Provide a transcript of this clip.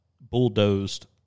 bulldozed